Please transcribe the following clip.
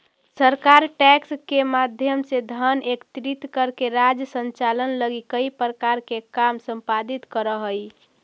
सरकार टैक्स के माध्यम से धन एकत्रित करके राज्य संचालन लगी कई प्रकार के काम संपादित करऽ हई